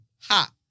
Ha